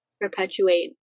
perpetuate